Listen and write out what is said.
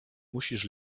musisz